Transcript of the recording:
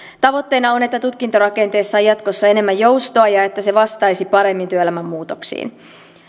tavoitteena on että tutkintorakenteessa on jatkossa enemmän joustoa ja että se vastaisi paremmin työelämän muutoksiin